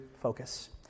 focus